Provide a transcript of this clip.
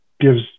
gives